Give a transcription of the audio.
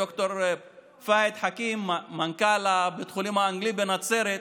ד"ר פאיד חכים, מנכ"ל בית חולים האנגלי בנצרת,